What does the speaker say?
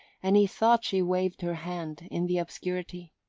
and he thought she waved her hand in the obscurity.